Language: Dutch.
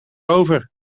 over